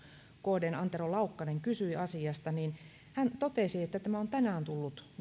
kdn antero laukkanen kysyi asiasta totesi että tämä on tänään tullut